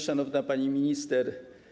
Szanowna Pani Minister!